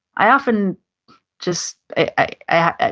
i often just, i,